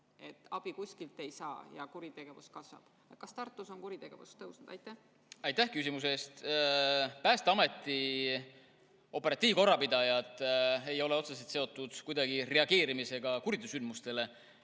et abi kuskilt ei saa ja kuritegevus kasvab. Kas Tartus on kuritegevus tõusnud? Aitäh küsimuse eest! Päästeameti operatiivkorrapidajad ei ole otseselt kuidagi seotud reageerimisega kuriteosündmustele